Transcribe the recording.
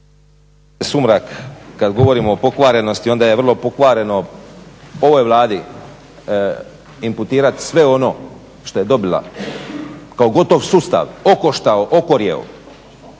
Sumrak kada govorimo o pokvarenosti, onda je vrlo pokvareno ovoj Vladi imputirati sve ono što je dobila kao gotov sustav, okoštao, okorjeo